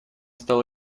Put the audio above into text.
стал